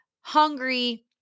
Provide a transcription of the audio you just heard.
hungry